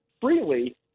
freely